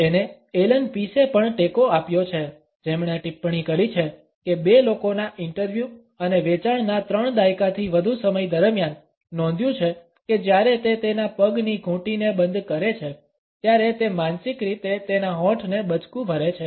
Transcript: તેને એલન પીસએ પણ ટેકો આપ્યો છે જેમણે ટિપ્પણી કરી છે કે બે લોકોના ઇન્ટરવ્યૂ અને વેચાણના ત્રણ દાયકાથી વધુ સમય દરમિયાન નોંધ્યું છે કે જ્યારે તે તેના પગની ઘૂંટીને બંધ કરે છે ત્યારે તે માનસિક રીતે તેના હોઠને બચકુ ભરે છે